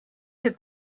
fait